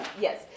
yes